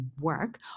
work